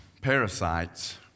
parasites